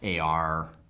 AR